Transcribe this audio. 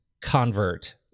convert